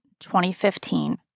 2015